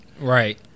right